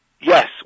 Yes